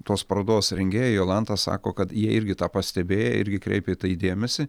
tos parodos rengėja jolanta sako kad jie irgi tą pastebėję irgi kreipė į tai dėmesį